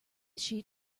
sheet